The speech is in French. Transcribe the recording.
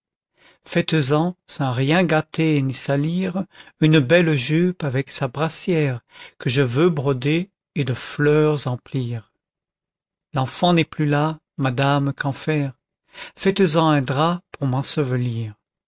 faites-en sans rien gâter ni salir une belle jupe avec sa brassière que je veux broder et de fleurs emplir l'enfant n'est plus là madame qu'en faire faites-en un drap pour